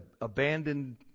abandoned